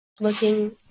looking